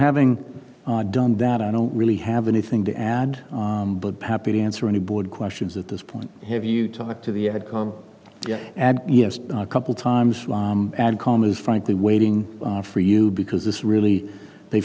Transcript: having done that i don't really have anything to add but happy to answer any board questions at this point have you talked to the ag yes a couple times add commas frankly waiting for you because this really they